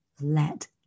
let